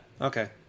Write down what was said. okay